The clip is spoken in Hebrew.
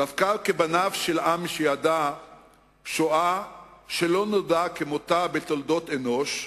דווקא כבניו של עם שידע שואה שלא נודע כמותה בתולדות אנוש,